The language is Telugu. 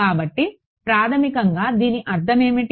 కాబట్టి ప్రాథమికంగా దీని అర్థం ఏమిటి